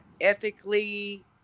ethically